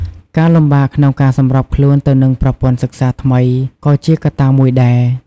ការលំបាកក្នុងការសម្របខ្លួនទៅនឹងប្រព័ន្ធសិក្សាថ្មីក៏ជាកត្តាមួយដែរ។